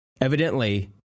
evidently